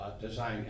design